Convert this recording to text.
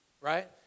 Right